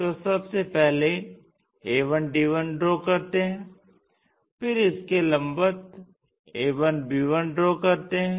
तो सबसे पहले a1d1 ड्रा करते हैं फिर इसके लम्बवत a1b1 ड्रा करते हैं